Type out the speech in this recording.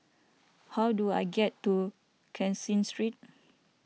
how do I get to Caseen Street